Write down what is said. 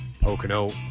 Pocono